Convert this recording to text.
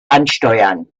ansteuern